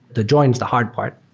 the join is the hard part.